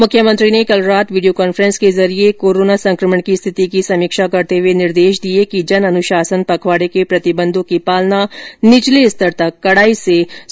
मुख्यमंत्री ने कल रात वीडियो कॉन्फ्रेंस के जरिये कोरोना संक्रमण की स्थिति की समीक्षा करते हुए निर्देश दिए कि जन अनुशासन पखवाड़े के प्रतिबंधों की पालना निचले स्तर तक कड़ाई से सुनिश्चित की जाए